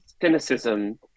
cynicism